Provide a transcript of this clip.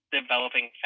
developing